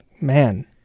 man